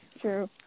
True